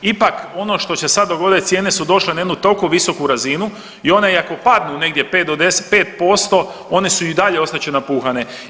Ipak ono što će se sad dogoditi, cijene su došle na jednu toliko visoku razinu i one i ako padnu negdje 5 do 10, 5% one su i dalje ostat će napuhane.